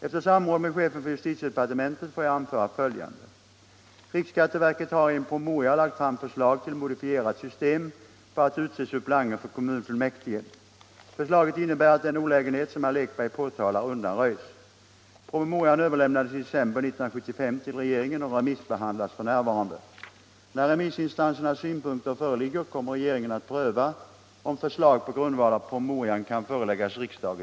Efter samråd med chefen för justitiedepartementet får jag anföra följande: